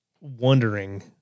wondering